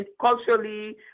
culturally